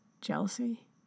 jealousy